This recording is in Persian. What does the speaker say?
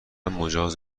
مجاز